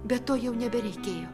bet to jau nebereikėjo